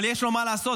אבל יש לו מה לעשות,